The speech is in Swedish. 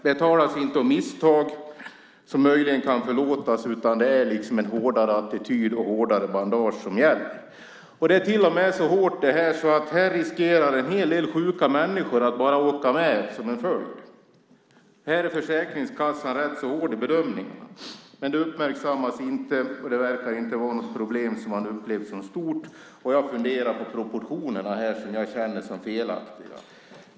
Det talas inte om misstag som möjligen kan förlåtas, utan det är en hårdare attityd och hårdare bandage som gäller. Det är till och med så hårt att en hel del sjuka människor som en följd riskerar att bara åka med. Här är Försäkringskassan rätt så hård i bedömningarna. Men det uppmärksammas inte, och det verkar inte vara något problem som man upplever som stort. Jag har funderat på proportionerna, som jag känner är felaktiga.